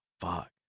Fuck